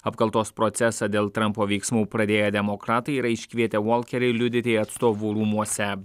apkaltos procesą dėl trampo veiksmų pradėję demokratai yra iškvietę volkerį liudyti atstovų rūmuose